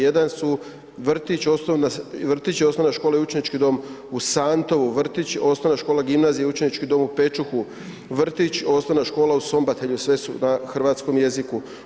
Jedan su vrtić, osnovna škola i učenički dom, u Santou vrtić, osnovna škola, gimnazija i učenički dom u Pečuhu, vrtić, osnovna škola u Sambotelju, sve su na hrvatskom jeziku.